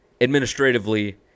administratively